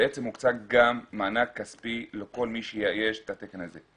הוקצה גם מענק כספי לכל מי שיאייש את התקן הזה.